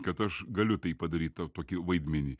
kad aš galiu tai padaryt tą tokį vaidmenį